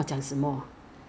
there are exceptions case